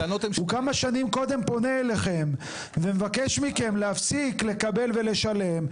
הוא כמה שנים קודם פונה אליכם ומבקש מכם להפסיק לקבל ולשלם,